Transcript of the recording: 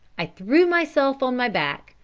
i threw myself on my back,